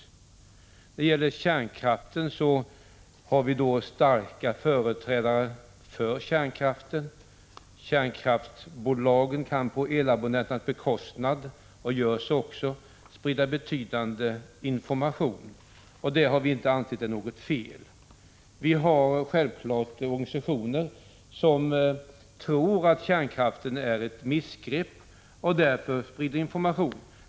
När det gäller kärnkraften har vi starka företrädare för kärnkraften. Kärnkraftsbolagen kan på elabonnenternas bekostnad — och gör det också — sprida betydande information. Det har vi inte ansett vara något fel. Vi har självfallet organisationer som tror att kärnkraften är ett missgrepp och därför sprider information.